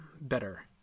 better